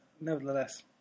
nevertheless